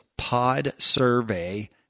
podsurvey